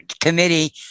committee